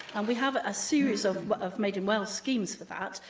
and we have a series of of made-in-wales schemes for that,